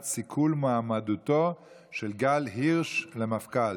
סיכול מועמדותו של גל הירש למפכ"ל,